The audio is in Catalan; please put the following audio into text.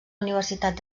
universitat